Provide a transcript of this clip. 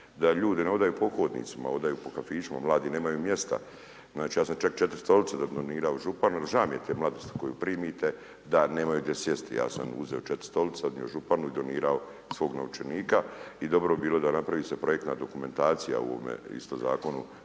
da ljudi ne hodaju po hodnicima, hodaju po kafićima, mladi nemaju mjesta. Znači ja sam čak 4 stolice donirao županu jer žao mi je te mladosti koju primite da nemaju gdje sjesti. Ja sam uzeo 4 stolice odnio županu i donirao iz svog novčanika i dobro bi bilo da napravi se projektna dokumentacija u ovome isto zakonu